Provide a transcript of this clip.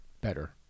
better